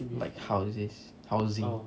like houses housing